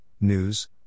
news